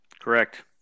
Correct